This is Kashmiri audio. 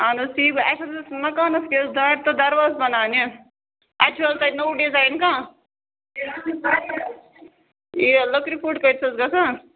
اہن حظ ٹھیٖک اَسہِ حظ اوس مکانَس کہِ حظ دارِ تہٕ دَرواز بَناونہِ اَتہِ چھُ حظ تۄہہِ نوٚو ڈِزایِن کانٛہہ یہِ لٔکرِ فُٹ کۭتِس حظ گژھان